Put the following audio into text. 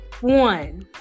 one